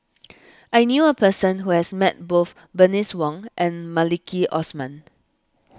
I knew a person who has met both Bernice Wong and Maliki Osman